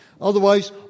otherwise